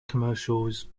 commercials